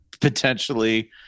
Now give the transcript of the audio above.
potentially